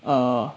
err